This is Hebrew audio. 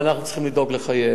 אבל אנחנו צריכים לדאוג לחייהם.